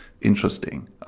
interesting